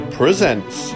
presents